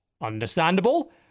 understandable